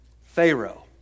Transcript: Pharaoh